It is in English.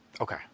okay